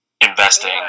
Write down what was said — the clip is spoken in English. investing